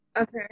Okay